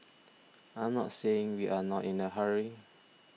I'm not saying we are not in a hurry